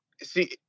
See